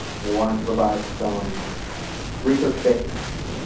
and we wanted to provide some research-based